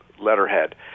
letterhead